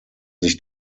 sich